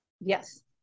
Yes